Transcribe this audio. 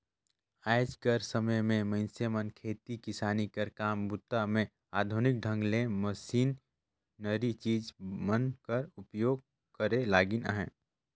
आएज कर समे मे मइनसे मन खेती किसानी कर काम बूता मे आधुनिक ढंग ले मसीनरी चीज मन कर उपियोग करे लगिन अहे